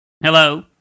Hello